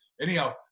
Anyhow